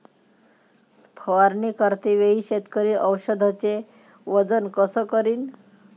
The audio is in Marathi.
फवारणी करते वेळी शेतकरी औषधचे वजन कस करीन?